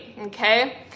okay